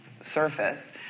surface